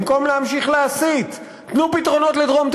אני מבטיח לך שאם אוטובוס אחד של המסתננים יבוא אלייך הביתה,